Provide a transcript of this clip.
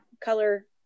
color